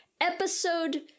episode